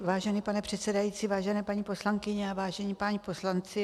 Vážený pane předsedající, vážené paní poslankyně, vážení páni poslanci.